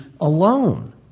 alone